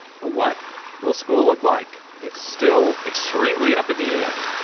but what will school look like? it's still extremely up in the air.